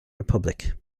republic